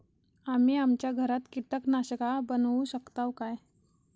आम्ही आमच्या घरात कीटकनाशका बनवू शकताव काय?